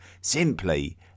simply